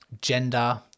gender